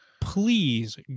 please